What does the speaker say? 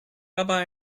dabei